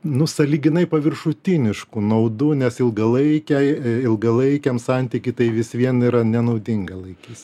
nu sąlyginai paviršutiniškų naudų nes ilgalaikiai ilgalaikiams santykiai tai vis vien yra nenaudinga laikysena